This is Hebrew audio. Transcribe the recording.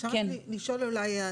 אפשר לשאול אולי,